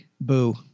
Boo